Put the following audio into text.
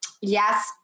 Yes